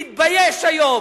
אני מתבייש היום,